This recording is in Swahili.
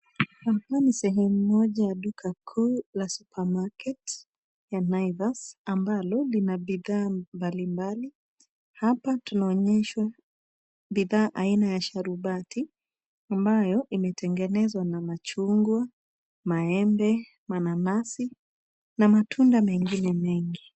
Hapa ni sehemu moja ya duka kuu la supermarket y a Naivas ambalo lina bidhaa mbalimbali. Hapa tunaonyeshwa bidhaa aina ya sharubati ambayo imetegenezwa na machungwa, maembe, mananasi na matunda mengine mengi.